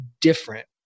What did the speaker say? different